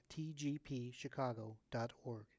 tgpchicago.org